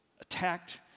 attacked